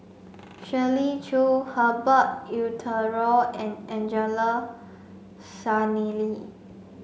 Shirley Chew Herbert Eleuterio and Angelo Sanelli